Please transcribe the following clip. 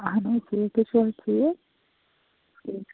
اہن حظ ٹھیٖک تُہۍ چھُو حظ ٹھیٖک ٹھیٖک